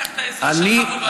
אצטרך את העזרה שלך בוועדת שרים.